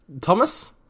Thomas